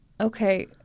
Okay